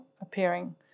appearing